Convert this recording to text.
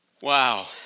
Wow